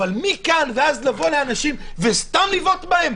אבל מכאן ועד לבוא לאנשים וסתם לבעוט בהם?